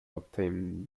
obtain